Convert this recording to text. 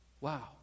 Wow